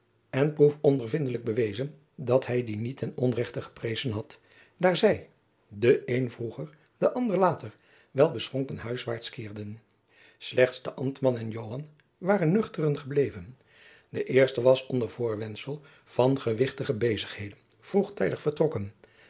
en proefondervindelijk bewezen dat hij dien niet ten onrechte geprezen had daar zij de een vroeger de ander later wel beschonken huiswaart keerden slechts de ambtman en joan waren nuchteren gebleven de eerste was onder voorwendsel van gewichtige bezigheden vroegtijdig vertrokken